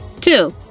Two